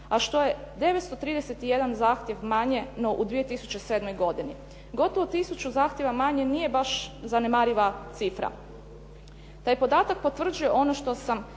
a što je 931 zahtjev manje no u 2007. godini. Gotovo tisuću zahtjeva manje nije baš zanemariva cifra. Taj podatak potvrđuje ono što sam